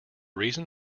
reason